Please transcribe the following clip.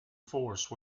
force